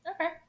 Okay